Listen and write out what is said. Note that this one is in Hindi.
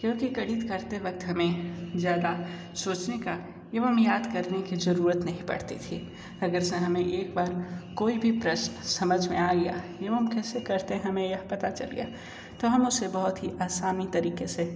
क्योंकि गणित करते वक्त हमें ज़्यादा सोचने का एवं याद करने की जरूरत नहीं पढ़ती थी अगर सर हमें एक बार कोई भी प्रश्न समझ में आ गया एवं कैसे करते हमें यह पता चल गया तो हम उसे बहुत ही आसानी तरीके से